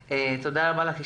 --- תודה רבה לך.